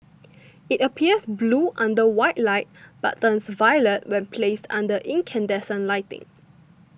it appears blue under white light but turns violet when placed under incandescent lighting